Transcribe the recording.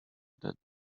that